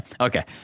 okay